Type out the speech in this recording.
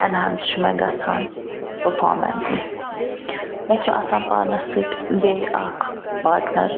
enhance چھُ مےٚ گَژھان پرفامنس مےٚ چھ آسان پانَس سۭتۍ بیٚیہِ اکھ پارٹنَر